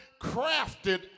crafted